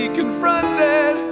confronted